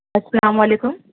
السّلام علیکم